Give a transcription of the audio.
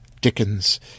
Dickens